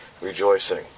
rejoicing